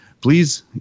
please